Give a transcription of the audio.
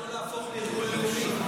למה לא להפוך לארגון לאומי?